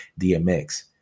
DMX